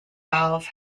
valves